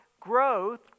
growth